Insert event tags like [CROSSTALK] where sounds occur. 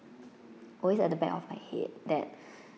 always at the back of my head that [BREATH]